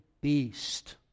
beast